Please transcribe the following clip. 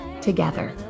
together